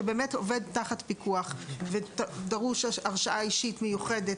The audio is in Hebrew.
שאתו הוא אמור לעבוד.